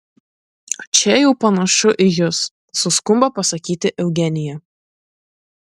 čia jau panašu į jus suskumba pasakyti eugenija